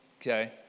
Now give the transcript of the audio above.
okay